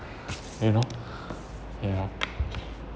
you know ya